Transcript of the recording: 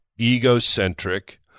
egocentric